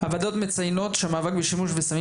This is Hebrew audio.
הוועדות מציינות שהמאבק בשימוש בסמים